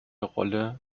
rolle